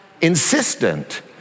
insistent